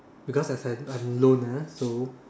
because as I I'm loner so